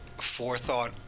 forethought